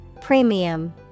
Premium